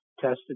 Tested